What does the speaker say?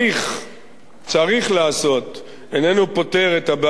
"צריך לעשות", איננו פותר את הבעיה כשלעצמו.